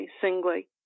singly